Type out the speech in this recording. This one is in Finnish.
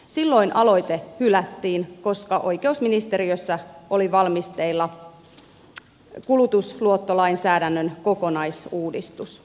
silloin aloite hylättiin koska oikeusministeriössä oli valmisteilla kulutusluottolainsäädännön kokonaisuudistus